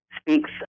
speaks